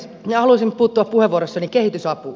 minä halusin puuttua puheenvuorossani kehitysapuun